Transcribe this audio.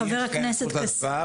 חבר הכנסת כסיף,